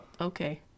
Okay